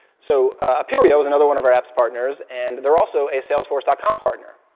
so, appirio is another one of our apps partners, and they're also a salesforce dot com partner.